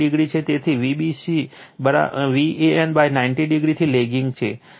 તેથી Vbc Van90o થી lagging છે કારણ કે આ એંગલ 90o છે